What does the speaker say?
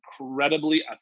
incredibly